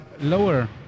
lower